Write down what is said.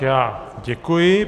Já děkuji.